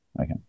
okay